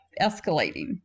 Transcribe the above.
escalating